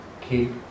keep